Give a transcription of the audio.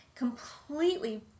completely